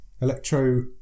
Electro